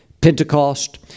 Pentecost